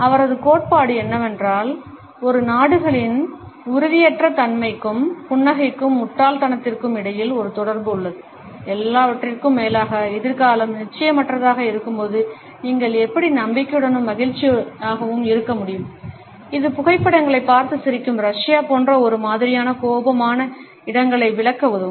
அவரது கோட்பாடு என்னவென்றால் ஒரு நாடுகளின் உறுதியற்ற தன்மைக்கும் புன்னகைக்கும் முட்டாள்தனத்திற்கும் இடையில் ஒரு தொடர்பு உள்ளது எல்லாவற்றிற்கும் மேலாக எதிர்காலம் நிச்சயமற்றதாக இருக்கும்போது நீங்கள் எப்படி நம்பிக்கையுடனும் மகிழ்ச்சியாகவும் இருக்க முடியும் இது புகைப்படங்களைப் பார்த்து சிரிக்கும் ரஷ்யா போன்ற ஒரே மாதிரியான கோபமான இடங்களை விளக்க உதவும்